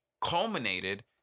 culminated